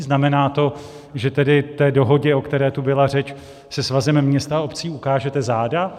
Znamená to, že tedy té dohodě, o které tu byla řeč, se Svazem měst a obcí ukážete záda?